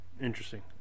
Interesting